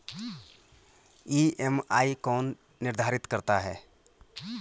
EMI कौन निर्धारित करता है?